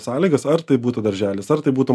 sąlygas ar tai būtų darželis ar tai būtų